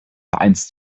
vereins